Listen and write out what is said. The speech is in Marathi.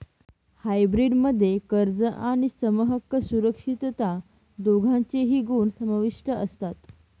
हायब्रीड मध्ये कर्ज आणि समहक्क सुरक्षितता दोघांचेही गुण समाविष्ट असतात